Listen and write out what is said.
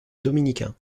dominicain